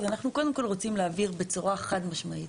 אז אנחנו קודם כל רוצים להבהיר בצורה חד משמעית: